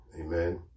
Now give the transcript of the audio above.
Amen